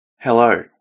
Hello